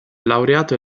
laureato